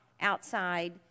outside